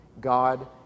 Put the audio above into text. God